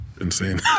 insane